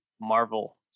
Marvel